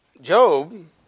Job